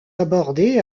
abordés